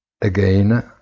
Again